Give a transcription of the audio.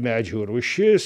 medžių rūšis